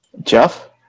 Jeff